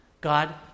God